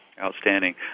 Outstanding